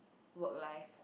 work life